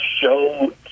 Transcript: show